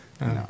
No